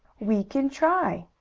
we can try.